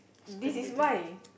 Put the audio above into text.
this is vine